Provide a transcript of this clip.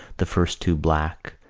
the first two black,